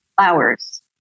flowers